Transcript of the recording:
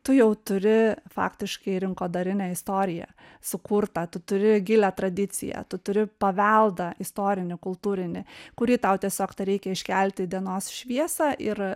tu jau turi faktiškai rinkodarinę istoriją sukurtą tu turi gilią tradiciją tu turi paveldą istorinį kultūrinį kurį tau tiesiog tereikia iškelti į dienos šviesą ir